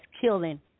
killing